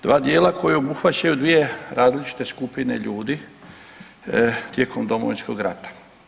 Dva dijela koji obuhvaćaju dvije različite skupine ljudi tijekom Domovinskog rata.